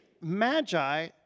magi